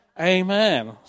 Amen